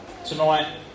Tonight